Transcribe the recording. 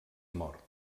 mort